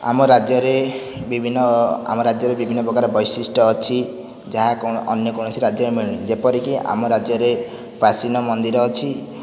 ଆମ ରାଜ୍ୟରେ ବିଭିନ୍ନ ଆମ ରାଜ୍ୟରେ ବିଭିନ୍ନ ପ୍ରକାର ବୈଶିଷ୍ଟ୍ୟ ଅଛି ଯାହା ଅନ୍ୟ କୌଣସି ରାଜ୍ୟରେ ମିଳୁନି ଯେପରିକି ଆମ ରାଜ୍ୟରେ ପ୍ରାଚୀନ ମନ୍ଦିର ଅଛି